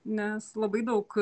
nes labai daug